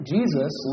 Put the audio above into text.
Jesus